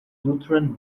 lutheran